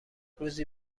روزی